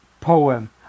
poem